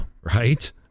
right